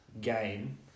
game